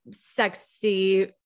sexy